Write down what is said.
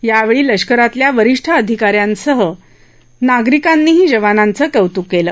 यावेळी लष्करातल्या वरिष्ठ अधिकार्यांसह नागरिकांनीही जवानांचं कौत्क केलं